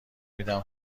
میدم